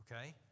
okay